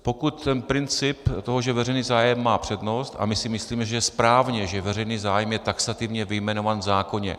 Pokud princip toho, že veřejný zájem má přednost a my si myslíme, že je správně, že veřejný zájem je taxativně vyjmenován v zákoně.